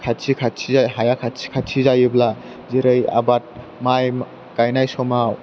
खाथि खाथि हाया खाथि खाथि जायोब्ला जेरै आबाद माइ गायनाय समाव